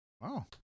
Wow